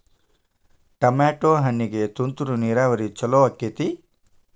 Tomato ಹಣ್ಣಿಗೆ ತುಂತುರು ನೇರಾವರಿ ಛಲೋ ಆಕ್ಕೆತಿ?